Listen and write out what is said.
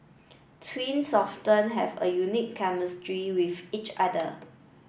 twins often have a unique chemistry with each other